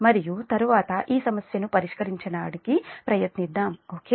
మరియు తరువాత ఈ సమస్యను పరిష్కరించడానికి ప్రయత్నిద్దాం ఓకే